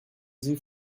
sie